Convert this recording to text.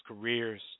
careers